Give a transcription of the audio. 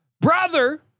brother